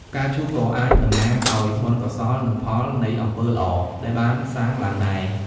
ផ្កាឈូកក៏អាចតំណាងឱ្យ បុណ្យកុសល និងផលនៃអំពើល្អដែលបានសាងឡើងដែរ។